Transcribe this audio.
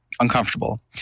uncomfortable